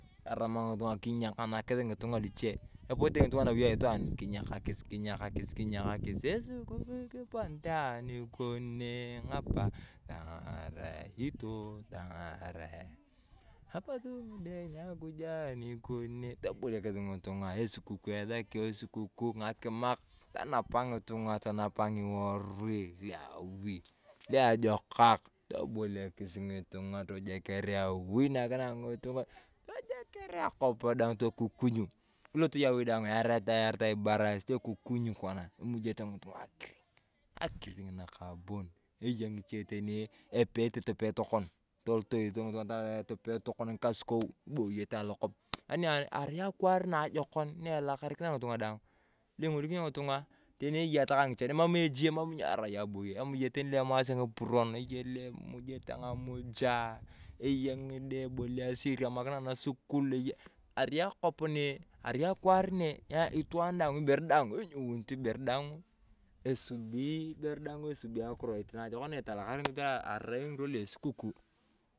Taramaa ng'itung'a kinyakanakis ng'itung'a luche. Epote ng'itung’a nawi aitwaan kinyakakis kinyakakis kinyakakis esukuru kiponetea anikone ng’apaa tong’orae itio tong’orae. Apot ng’ide anyakujia anikon nee, toboliakis ng'itung’a tonapaa ng’iworui luwif luajokak toboliakis ng'itung’a tojeker awi naka na ng’itung’a tojeker akop daang tokukunyu. Ilot yong awidaang, enyaritae ibarasit ekukunyu kona kimujae ng'itung'a akiring, akiring nakabon. Eya ng’iche teni epeete topee tokona, tolotoi ng'itung'a topee tokona ng’ikosokou iboyote alokop, yaania arai akwaar na ajokon na elakarikinaa ng'itung'a daang. Be ing'olikini yong ng'itung'a teni takaa eyeya ng’ichan emam ejeye arai abaye eyeya lu emase epurot, eyeya lu umuje ng’amujaa, eyeya ng’ide ebolisi, iriamakina nasukul arai akop ne arai akwaar ne itwaan daang ibere daang esubi ebere daang esubi akirout naajokon na italakari taa arai akwaar na esukuku.